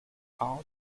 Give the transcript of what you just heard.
all